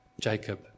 Jacob